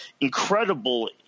incredible